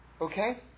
Okay